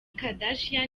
kardashian